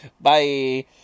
Bye